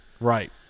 Right